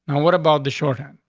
and what about the shorter?